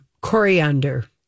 Coriander